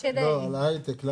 לגבי ההייטק,